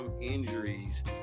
injuries